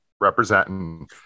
representing